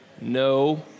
No